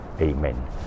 Amen